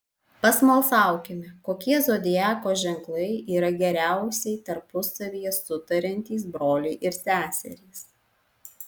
pasmalsaukime kokie zodiako ženklai yra geriausiai tarpusavyje sutariantys broliai ir seserys